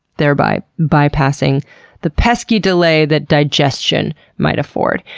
thereby bypassing the pesky delay that digestion might afford.